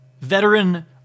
veteran